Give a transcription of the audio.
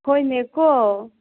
ꯍꯣꯏꯅꯦꯀꯣ